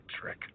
trick